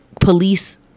police